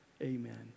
Amen